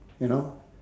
you know